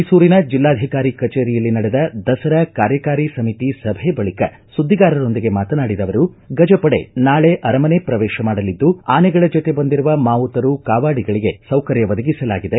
ಮೈಸೂರಿನ ಜಿಲ್ಲಾಧಿಕಾರಿ ಕಚೇರಿಯಲ್ಲಿ ನಡೆದ ದಸರಾ ಕಾರ್ಯಕಾರಿ ಸಮಿತಿ ಸಭೆ ಬಳಿಕ ಸುದ್ದಿಗಾರರೊಂದಿಗೆ ಮಾತನಾಡಿದ ಅವರು ಗಜಪಡೆ ನಾಳೆ ಆರಮನೆ ಪ್ರವೇಶ ಮಾಡಲಿದ್ದು ಆನೆಗಳ ಜತೆ ಬಂದಿರುವ ಮಾವುತರು ಕಾವಾಡಿಗಳಿಗೆ ಸೌಕರ್ಯ ಒದಗಿಸಲಾಗಿದೆ